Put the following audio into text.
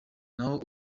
naho